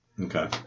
Okay